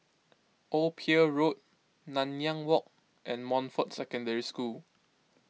Old Pier Road Nanyang Walk and Montfort Secondary School